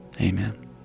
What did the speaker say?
Amen